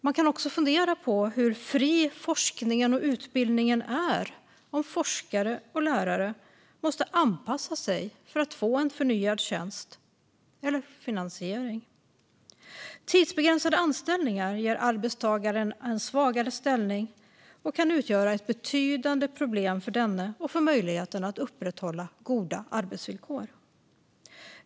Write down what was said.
Man kan också fundera på hur fri forskningen och utbildningen är om forskare och lärare måste anpassa sig för att få förnyad tjänst eller finansiering. Tidsbegränsade anställningar ger arbetstagaren en svagare ställning och kan utgöra ett betydande problem för denne och för möjligheterna att upprätthålla goda arbetsvillkor.